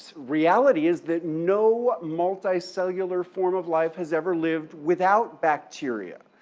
reality is that no multicellular form of life has ever lived without bacteria.